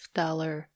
dollar